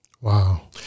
Wow